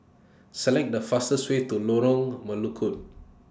Select The fastest Way to Lorong Melukut